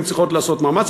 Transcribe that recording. והן צריכות לעשות מאמץ.